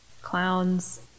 clowns